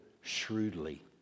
shrewdly